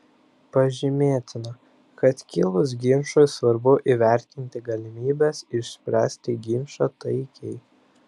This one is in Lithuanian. pažymėtina kad kilus ginčui svarbu įvertinti galimybes išspręsti ginčą taikiai